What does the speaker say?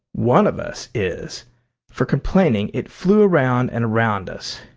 one of us is for complaining it flew around and around us.